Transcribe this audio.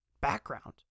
background